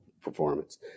performance